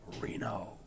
Reno